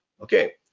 okay